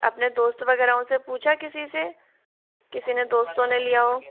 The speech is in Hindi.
अपने दोस्त वगैरह से पूछा किसी से किसी ने दोस्तों ने लिया हो